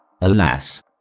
Alas